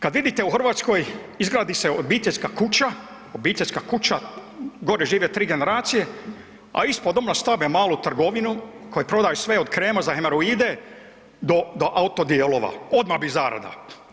Kad vidite u Hrvatskoj, izgradi se obiteljska kuća, obiteljska kuća, gore žive 3 generacije, a ispod doma stave malu trgovinu koja prodaje sve, od kreme za hemoroide do auto-dijelova, odmah bi zarada.